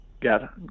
got